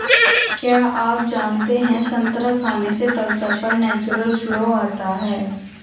क्या आप जानते है संतरा खाने से त्वचा पर नेचुरल ग्लो आता है?